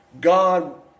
God